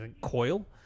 coil